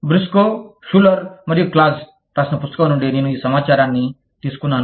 Briscoe Schuler మరియు Claus Schuler and Clausరాసిన పుస్తకం నుండి నేను ఈ సమాచారాన్ని తీసుకున్నాను